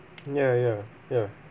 ya ya ya